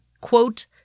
quote